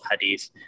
Hadith